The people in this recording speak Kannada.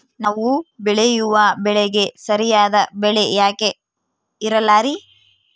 ನಾವು ಬೆಳೆಯುವ ಬೆಳೆಗೆ ಸರಿಯಾದ ಬೆಲೆ ಯಾಕೆ ಇರಲ್ಲಾರಿ?